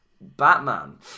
Batman